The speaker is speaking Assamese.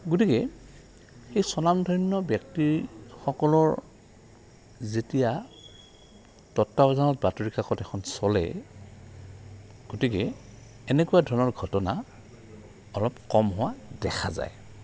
গতিকে সেই স্বনামধন্য ব্যক্তিসকলৰ যেতিয়া তত্বাৱধানত বাতৰি কাকত এখন চলে গতিকে এনেকুৱা ধৰণৰ ঘটনা অলপ কম হোৱা দেখা যায়